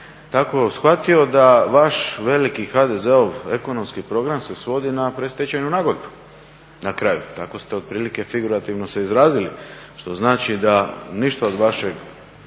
tako shvatio da vaš veliki HDZ-ov ekonomski program se svodi na predstečajnu nagodbu, na kraju. Tako ste otprilike figurativno se izrazili. Što znači da ništa od vašeg